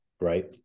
right